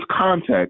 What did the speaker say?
context